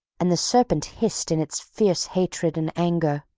and the serpent hissed in its fierce hatred and anger.